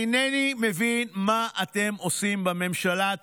אינני מבין מה אתם עושים בממשלה.